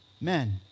men